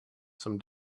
some